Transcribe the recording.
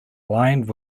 aligned